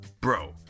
Bro